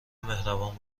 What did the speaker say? مهربان